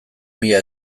mila